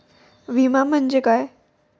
विमा म्हणजे काय?